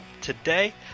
today